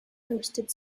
hosted